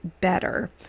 better